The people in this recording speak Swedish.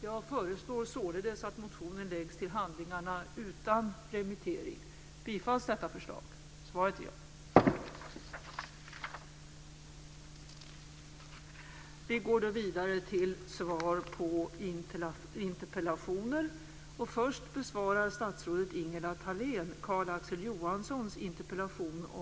Jag föreslår således att motionen läggs till handlingarna utan remittering.